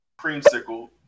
creamsicle